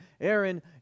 Aaron